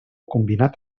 combinat